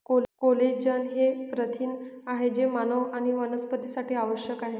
collagen हे प्रथिन आहे जे मानव आणि वनस्पतींसाठी आवश्यक आहे